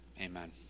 Amen